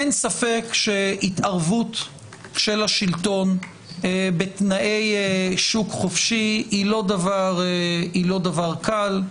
אין ספק שהתערבות של השלטון בתנאי שוק חופשי היא לא דבר קל,